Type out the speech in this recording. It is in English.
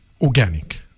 organic